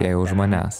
ėjo už manęs